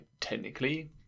technically